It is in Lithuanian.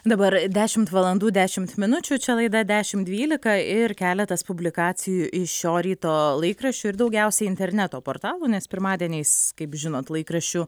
dabar dešimt valandų dešimt minučių čia laida dešim dvylika ir keletas publikacijų iš šio ryto laikraščių ir daugiausiai interneto portalų nes pirmadieniais kaip žinot laikraščių